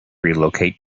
relocate